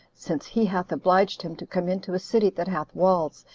since he hath obliged him to come into a city that hath walls,